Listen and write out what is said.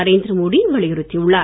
நரேந்திர மோடி வலியுறுத்தி உள்ளார்